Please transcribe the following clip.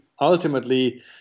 ultimately